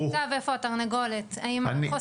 השאלה היא איפה הביצה ואיפה התרנגולת אם חוסר